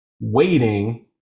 waiting